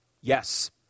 yes